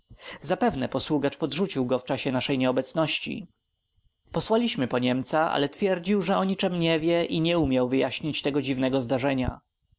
zapewne posługacz podrzucił go w czasie naszej nieobecności posłaliśmy po niemca ale twierdził że o niczem nie wie i nie umiał wyjaśnić tego dziwnego zdarzenia